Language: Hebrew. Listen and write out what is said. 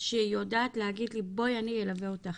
שיודעת להגיד לי בואי אני אלווה אותך.